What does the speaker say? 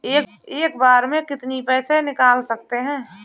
हम एक बार में कितनी पैसे निकाल सकते हैं?